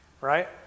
Right